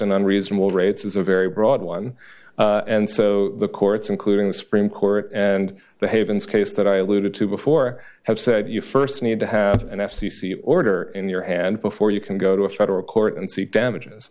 and unreasonable rates is a very broad one and so the courts including supreme court and the havens case that i alluded to before have said you st need to have an f c c order in your hand before you can go to a federal court and seek damages